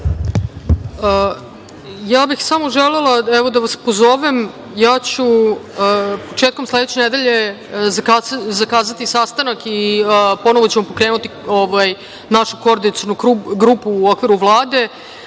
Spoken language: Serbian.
Ja bih samo želela da vas pozovem ja ću početkom sledeće nedelje zakazati sastanka i ponovo ću pokrenuti našu koordinacionu grupu u okviru Vlade,